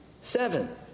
seven